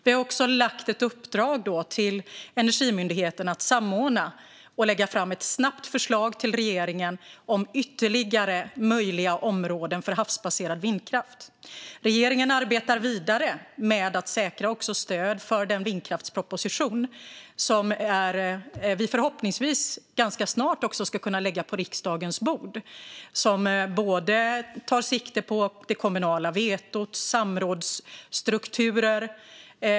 Vi har också lagt ett uppdrag till Energimyndigheten att samordna och lägga fram ett snabbt förslag till regeringen om ytterligare möjliga områden för havsbaserad vindkraft. Regeringen arbetar vidare med att säkra stöd för den vindkraftsproposition som vi ganska snart hoppas kunna lägga på riksdagens bord, som tar sikte på både det kommunala vetot och samrådsstrukturer.